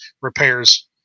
repairs